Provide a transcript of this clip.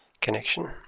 connection